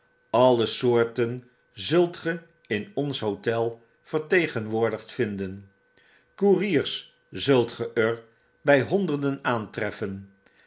alle soorten zult ge in ons hotel vertegenwoordigd vinden koeriers zult ge er by honderden aantreffen